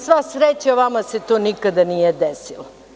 Sva sreća, vama se to nikada nije desilo.